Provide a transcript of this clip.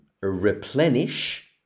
replenish